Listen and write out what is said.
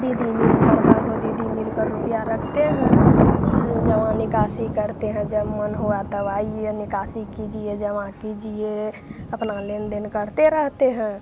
दीदी मिलकर बारहो दीदी मिलकर रुपया रखते हैं तब जमा निकासी करते हैं जब मन हुआ तब आइए निकासी कीजिए जमा कीजिए अपना लेनदेन करते रहते हैं